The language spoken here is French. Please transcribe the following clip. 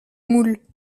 moules